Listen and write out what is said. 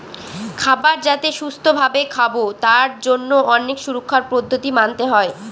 খাবার যাতে সুস্থ ভাবে খাবো তার জন্য অনেক সুরক্ষার পদ্ধতি মানতে হয়